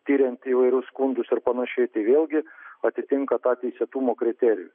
tiriant įvairius skundus ir panašiai tai vėlgi atitinka tą teisėtumo kriterijų